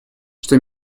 что